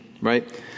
right